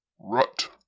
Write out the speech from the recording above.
RUT